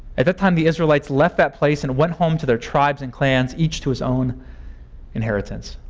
at that time, the israelites left that place and went home to their tribes and clans, each to his own inheritance.